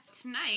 Tonight